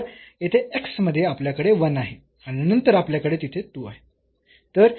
तर येथे x मध्ये आपल्याकडे 1 आहे आणि नंतर आपल्याकडे तिथे 2 आहे